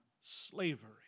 slavery